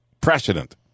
precedent